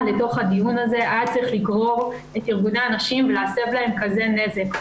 לתוך הדיון הזה היה צריך לגרור את ארגוני הנשים ולהסב להם כזה נזק.